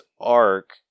arc